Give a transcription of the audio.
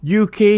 UK